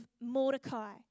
Mordecai